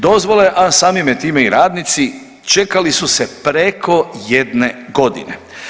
Dozvole, a samime time i radnici čekali su se preko jedne godine.